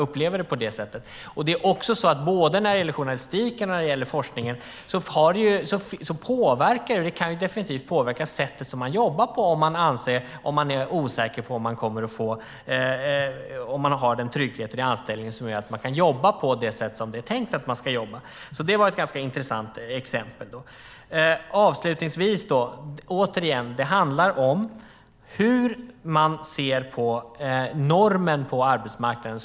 För både journalistiken och forskningen kan anställningen påverka sättet som man jobbar på, om man har den tryggheten i anställningen som gör att man kan jobba på det sätt som det är tänkt att man ska jobba. Det är ett intressant exempel. Det handlar om hur man ser på normen på arbetsmarknaden.